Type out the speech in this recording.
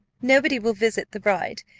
nobody will visit the bride,